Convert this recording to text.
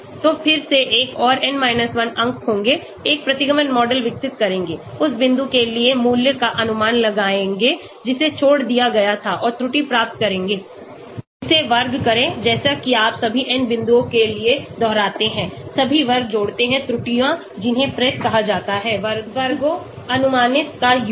तो फिर से एक और n 1 अंक होंगे एक प्रतिगमन मॉडल विकसित करेंगे उस बिंदु के लिए मूल्य का अनुमान लगाएंगे जिसे छोड़ दिया गया था और त्रुटि प्राप्त करेंगे इसे वर्ग करें जैसे कि आप सभी n बिंदुओं के लिए दोहराते हैं सभी वर्ग जोड़ते हैं त्रुटियाँ जिन्हें PRESS कहा जाता है वर्गों अनुमानित का योग